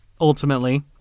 ultimately